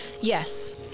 Yes